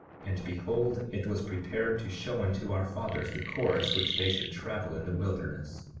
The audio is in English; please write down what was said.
and behold, it was prepared to show unto our fathers the course which they should travel in the wilderness.